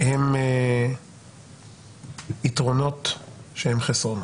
הם יתרונות שהם חסרונות.